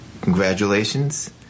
congratulations